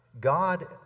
God